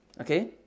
Okay